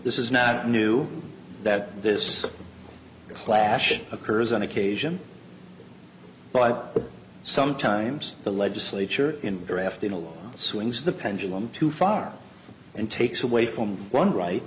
this is not new that this clash occurs on occasion but sometimes the legislature in drafting a law swings the pendulum too far and takes away from one right